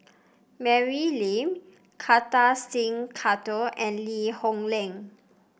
Mary Lim Kartar Singh Thakral and Lee Hoon Leong